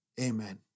amen